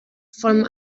vom